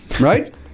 Right